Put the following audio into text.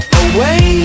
away